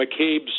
McCabe's